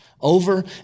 over